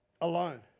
alone